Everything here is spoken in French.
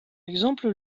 exemple